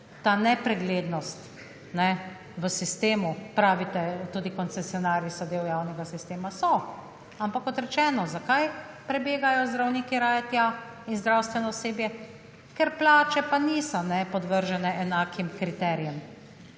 ta nepreglednost v sistemu pravite tudi koncesionarji so del javnega sistema. So, ampak kot rečeno zakaj prebegajo zdravniki raje tja in zdravstveno osebje, ker plače pa niso podvržene enakim kriterijem,